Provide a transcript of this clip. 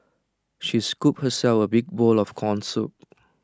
she scooped herself A big bowl of Corn Soup